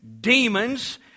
demons